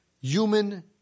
human